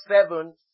seven